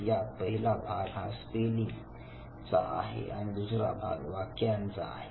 यात पहिला भाग हा स्पेलिंग चा आहे आणि दुसरा भाग हा वाक्यांचा आहे